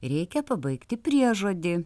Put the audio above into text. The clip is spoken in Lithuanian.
reikia pabaigti priežodį